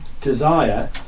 desire